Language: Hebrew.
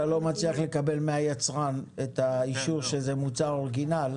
בגלל שאתה לא מצליח לקבל מהיצרן את האישור שזה מוצר אורגינל,